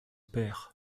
père